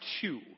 two